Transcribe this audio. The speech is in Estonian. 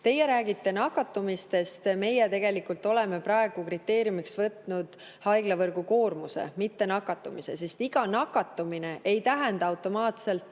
Teie räägite nakatumisest, meie aga oleme praegu kriteeriumiks võtnud haiglavõrgu koormuse, mitte nakatumise. Iga nakatumine ei tähenda automaatselt